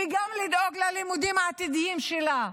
וגם לדאוג ללימודים העתידיים שלה,